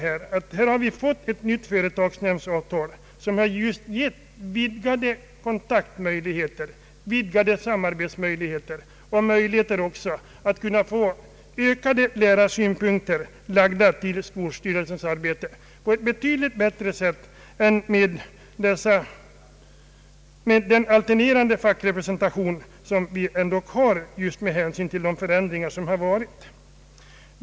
Här har vi fått ett nytt företagsnämndsavtal som givit vidgade kontaktoch samarbetsmöjligheter och också möjligheter att få lärarsynpunkter på skolstyrelsens arbete på ett betydligt bättre sätt än med den alternerande fackrepresentation som vi har fått med hänsyn till de förändringar som skett.